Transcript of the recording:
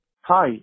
Hi